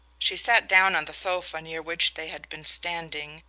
she sat down on the sofa near which they had been standing,